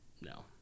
no